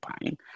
paying